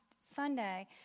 Sunday